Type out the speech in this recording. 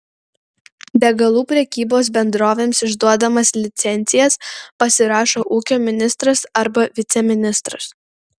degalų prekybos bendrovėms išduodamas licencijas pasirašo ūkio ministras arba viceministras